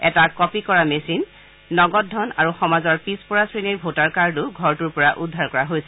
এটা কপি কৰা মেচিন নগদ ধন আৰু সমাজৰ পিছপৰা শ্ৰেণীৰ ভোটাৰ কাৰ্ডো ঘৰটোৰ পৰা উদ্ধাৰ কৰা হৈছিল